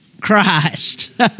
Christ